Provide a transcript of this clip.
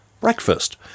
breakfast